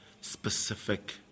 specific